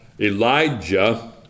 Elijah